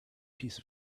piece